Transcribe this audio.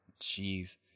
jeez